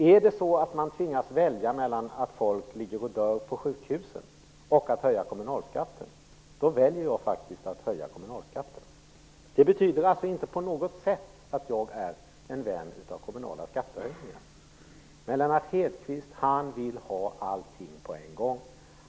Är det så att man tvingas välja mellan att folk ligger och dör på sjukhusen och att höja kommunalskatten, väljer jag att höja kommunalskatten. Det betyder inte på något sätt att jag är en vän av kommunala skattehöjningar. Men Lennart Hedquist vill ha allting på en gång.